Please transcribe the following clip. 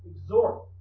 exhort